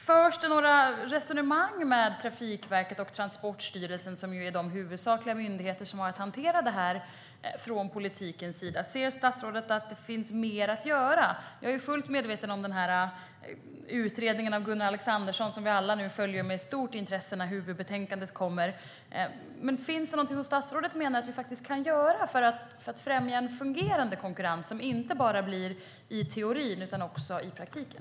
Förs det några resonemang med Trafikverket och Transportstyrelsen, som är de huvudsakliga myndigheter som har att hantera frågan från politikens sida? Ser statsrådet att det finns mer att göra? Jag är fullt medveten om utredningen av Gunnar Alexandersson, och vi väntar alla med stort intresse på huvudbetänkandet. Finns det något som statsrådet menar att vi kan göra för att främja en fungerande konkurrens som inte bara blir i teorin utan också i praktiken?